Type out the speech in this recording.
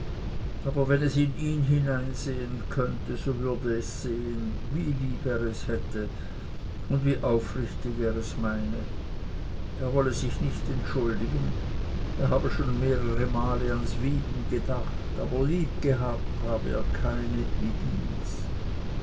aber wenn es in ihn hineinsehen könnte so würde es sehen wie lieb er es hätte und wie aufrichtig er es meine er wolle sich nicht entschuldigen er habe schon mehrere male ans wyben gesinnet aber lieb gehabt habe er keine wie ihns